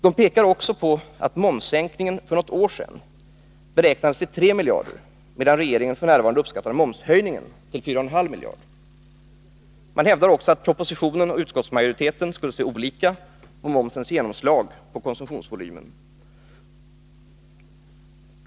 De pekar också på att momssänkningen för något år sedan beräknades till 3 miljarder kronor medan regeringen f. n. uppskattar momshöjningen till 4,5 miljarder kronor. Vidare hävdar de att man i propositionen och hos utskottsmajoriteten skulle se olika på momsens genomslag på konsumtionsvolymen.